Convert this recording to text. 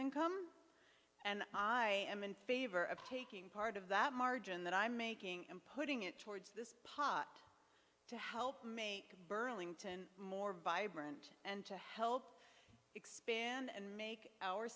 income and i am in favor of taking part of that margin that i'm making and putting it towards this pot to help make burlington more vibrant and to help expand and make our